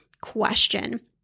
question